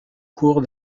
cours